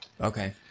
Okay